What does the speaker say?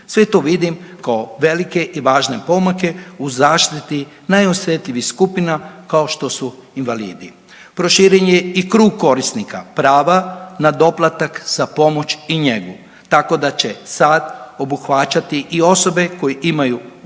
Sve to vidim kao velike i važne pomake u zaštiti najosetljivih skupina kao što su invalidi. Proširen je i krug korisnika, prava na doplatak za pomoć i njegu, tako da će sad obuhvaćati i osobe koje imaju utvrđeni